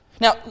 Now